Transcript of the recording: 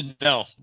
No